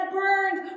burned